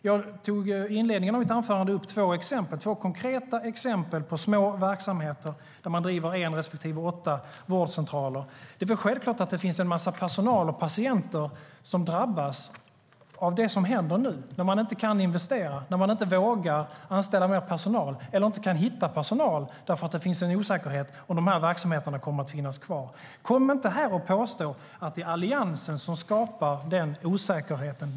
Jag tog i inledningen av mitt anförande upp två konkreta exempel på små verksamheter som driver en respektive åtta vårdcentraler. Självklart drabbas en massa personal och patienter av det som händer nu när man inte kan investera och inte vågar anställa mer personal eller inte kan hitta personal för att det finns en osäkerhet om verksamheten kommer att finnas kvar. Kom inte här och påstå att det är Alliansen som skapar den osäkerheten!